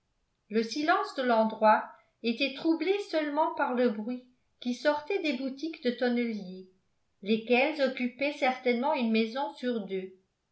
le silence de l'endroit était troublé seulement par le bruit qui sortait des boutiques de tonneliers lesquels occupaient certainement une maison sur deux